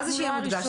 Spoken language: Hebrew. מה זה שיהיה מודגש?